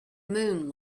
moon